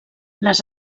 les